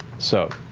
so.